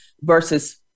versus